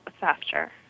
faster